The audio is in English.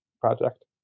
project